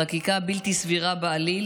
חקיקה בלתי סבירה בעליל